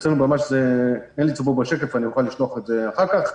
אני אוכל לשלוח את זה אחר כך.